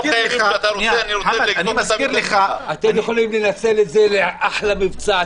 לו -- אתם יכולים לנצל את זה לאחלה מבצע.